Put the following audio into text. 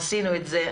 עשינו את זה.